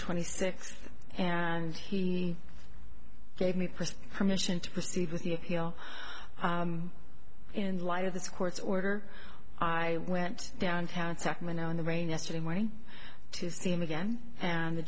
twenty six and he gave me press permission to proceed with the appeal in light of this court's order i went downtown sacramento in the rain yesterday morning to see him again and the